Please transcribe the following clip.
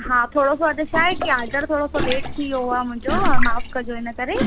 हा थोरो सो अघि छा आहे की आडर थोरो सो लेट थियो आहे मुंहिंजो त माफ़ कजो हिन करे